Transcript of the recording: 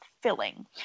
filling